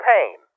Pain